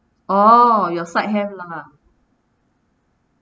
oh your side have lah